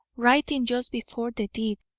writing just before the deed,